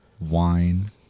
Wine